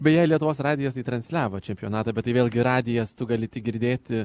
beje lietuvos radijas tai transliavo čempionatą bet tai vėlgi radijas tu gali tik girdėti